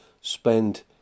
spend